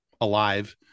alive